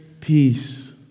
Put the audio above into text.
peace